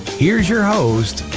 here's your host,